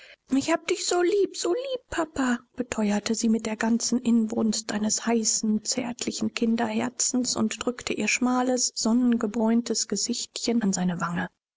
ich habe dich so lieb so lieb papa beteuerte sie mit der ganzen inbrunst eines heißen zärtlichen kinderherzens und drückte ihr schmales sonnengebräuntes gesichtchen an seine wange